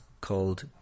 called